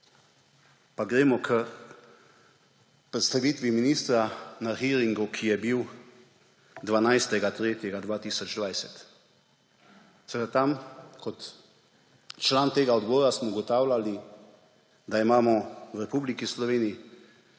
Pa gremo k predstavitvi ministra na hearingu, ki je bil 12. 3. 2020. Seveda sem bil tam kot član tega odbora, ugotavljali smo, da imamo v Republiki Sloveniji